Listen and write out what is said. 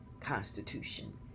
constitution